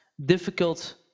difficult